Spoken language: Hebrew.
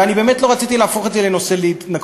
ואני באמת לא רציתי להפוך את זה לנושא להתנגחות.